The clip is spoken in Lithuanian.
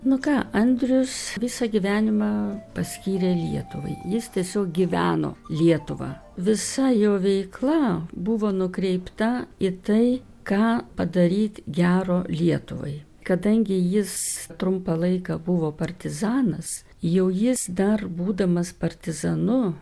nu ką andrius visą gyvenimą paskyrė lietuvai jis tiesiog gyveno lietuva visa jo veikla buvo nukreipta į tai ką padaryt gero lietuvai kadangi jis trumpą laiką buvo partizanas jau jis dar būdamas partizanu